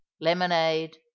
lemonade